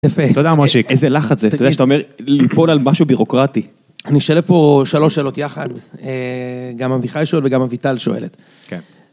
אתה יודע משה, איזה לחץ זה, אתה יודע שאתה אומר, ליפול על משהו בירוקרטי. אני שואל פה שלוש שאלות יחד, גם אביחי שואל וגם אביטל שואלת.